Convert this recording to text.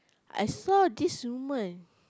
I saw this woman